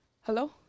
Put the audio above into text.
Hello